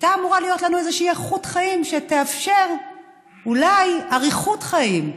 הייתה אמורה להיות לנו איזושהי איכות חיים שתאפשר אולי אריכות חיים.